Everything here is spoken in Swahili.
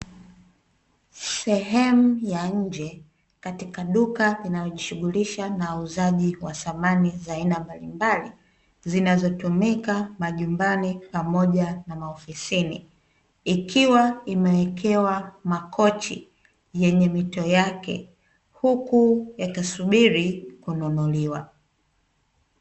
Sehemu ya nje, katika duka linalojihususha na uuzaji wa samani za aina mbalimbali, zinazotumika majumbani pamoja na maofisini, likiwa limewekewa makochi yenye mito yake, huku yakisubiri kununuliwa.